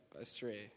astray